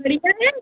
बढ़िया है